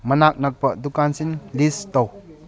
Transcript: ꯃꯅꯥꯛ ꯅꯛꯄ ꯗꯨꯀꯥꯟꯁꯤꯡ ꯂꯤꯁ ꯇꯧ